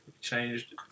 changed